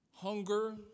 Hunger